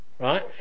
Right